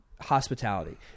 hospitality